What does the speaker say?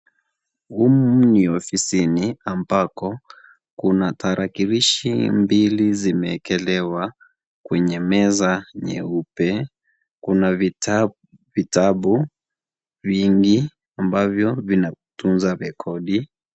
Humu ni ofisini ambako kuna tarakilishi mbili zimeekelewa kwenye meza nyeupe kuna vitabu vingi ambavyo vina tunza rekodi.